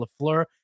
LaFleur